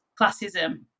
classism